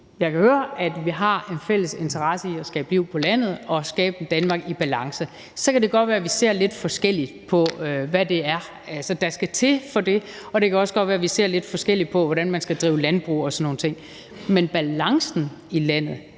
del – at vi har en fælles interesse i at skabe liv på landet og skabe et Danmark i balance. Så kan det godt være, at vi ser lidt forskelligt på, hvad det er, der skal til for det, og det kan også godt være, at vi ser lidt forskelligt på, hvordan man skal drive landbrug og sådan nogle ting. Men balancen i landet